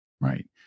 Right